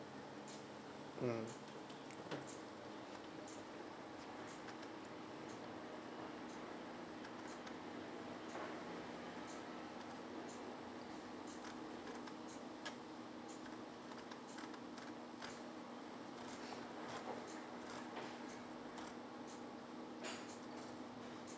mm